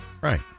Right